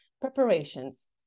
preparations